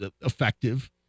effective